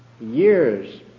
years